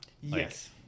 Yes